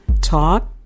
Talk